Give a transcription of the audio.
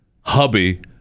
hubby